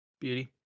Beauty